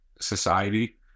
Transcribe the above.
society